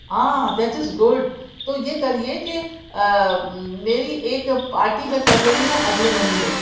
ہاں that is good تو یہ کریے کہ میری ایک پارٹی میں کر رہی ہوں اگلے مہینے